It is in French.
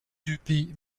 duby